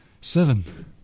seven